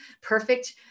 perfect